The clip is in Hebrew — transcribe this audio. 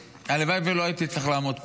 הלוואי שלא הייתי צריך לעמוד פה.